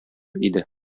иде